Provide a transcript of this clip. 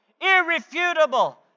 irrefutable